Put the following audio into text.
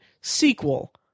sequel